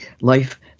life